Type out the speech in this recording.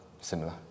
Similar